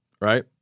right